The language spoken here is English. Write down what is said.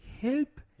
help